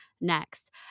next